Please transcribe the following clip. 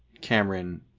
Cameron